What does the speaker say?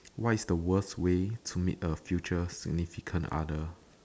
what is the worst way to meet a future significant other